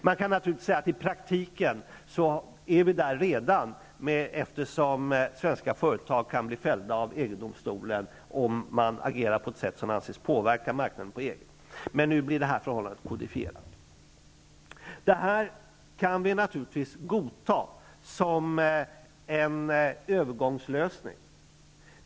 Man kan naturligtvis säga att vi i praktiken redan är där, eftersom svenska företag kan bli fällda av EG-domstolen om de agerar på ett sätt som anses påverka EG:s marknad. Men nu blir detta förhållande kodifierat. Detta kan vi naturligtvis godta som en övergångslösning.